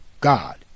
God